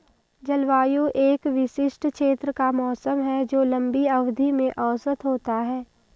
जलवायु एक विशिष्ट क्षेत्र का मौसम है जो लंबी अवधि में औसत होता है